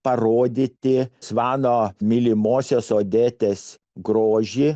parodyti svano mylimosios odetės grožį